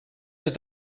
het